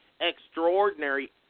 extraordinary